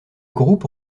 groupe